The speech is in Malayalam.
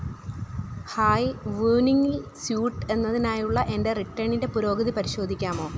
ഹായ് വൂനിങ്ങിൽ സ്യൂട്ട് എന്നതിനായുള്ള എൻ്റെ റിട്ടേണിൻ്റെ പുരോഗതി പരിശോധിക്കാമോ